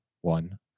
one